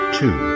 two